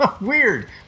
Weird